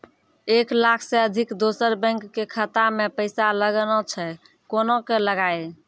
एक लाख से अधिक दोसर बैंक के खाता मे पैसा लगाना छै कोना के लगाए?